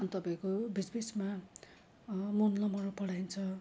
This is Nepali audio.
अनि तपाईँको बिच बिचमा मोरलमहरू पढाइन्छ